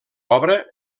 obra